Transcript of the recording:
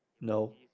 no